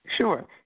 Sure